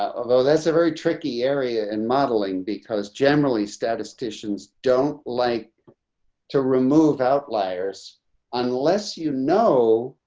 ah although that's a very tricky area and modeling because generally, statisticians don't like to remove outliers unless you know,